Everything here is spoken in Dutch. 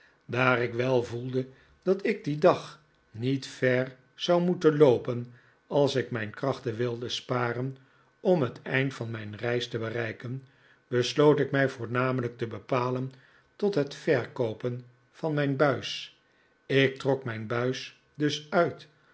daar ik wel voelde dat ik dien dag niet ver zou moeten loopen als ik mijn krachten wilde sparen om het eind van mijn reis te bereiken besloot ik mij voornamelijk te bepalen tot het verkoopen van mijn buis ik trok mijn buis dus uit